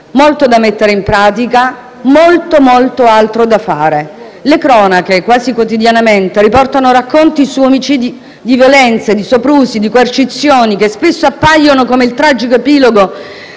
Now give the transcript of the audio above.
molto da mettere in pratica, molto altro da fare. Le cronache quasi quotidianamente riportano racconti di omicidi, di violenze, di soprusi e di coercizioni, che spesso appaiono come il tragico epilogo